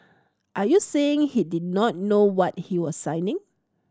are you saying he did not know what he was signing